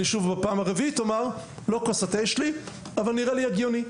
אני שוב בפעם הרביעית אומר לא כוס התה שלי אבל נראה לי הגיוני,